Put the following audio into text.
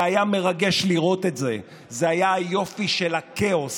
היה מרגש לראות את זה, זה היה היופי של הכאוס,